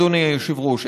אדוני היושב-ראש,